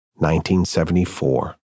1974